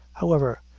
however,